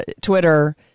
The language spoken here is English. twitter